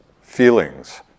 feelings